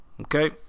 Okay